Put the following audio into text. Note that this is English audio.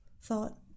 thought